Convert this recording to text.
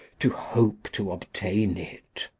to hope to obtain it.